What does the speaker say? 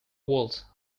world